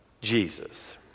Jesus